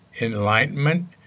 Enlightenment